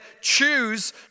choose